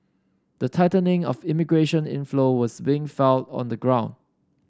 the tightening of immigration inflow was being felt on the ground